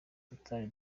tutari